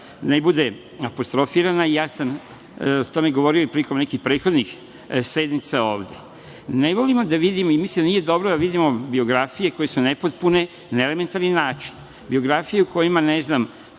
ne bude apostrofirana. Ja sam o tome govorio i prilikom nekih prethodnih sednica ovde. Ne volimo da vidimo i mislim da nije dobro da vidimo biografije koje su nepotpune na elementarni način, biografije u kojima su, ne znam